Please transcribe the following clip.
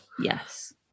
Yes